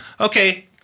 Okay